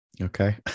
Okay